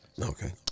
Okay